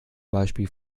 beispiel